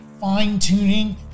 fine-tuning